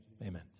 amen